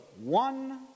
one